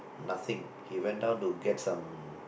nothing he went down to get some